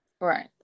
Right